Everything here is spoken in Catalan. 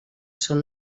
són